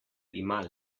ima